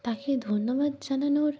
তাকে ধন্যবাদ জানানোর